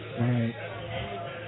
Right